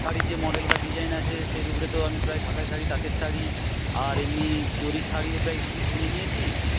শাড়ি যে মডেল বা ডিজাইন আছে সেই আমি প্রায় ঢাকাই শাড়ি তাঁতের শাড়ি আর এমনি জড়ির শাড়িও প্রায় দু পিস নিয়ে নিয়েছি